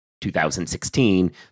2016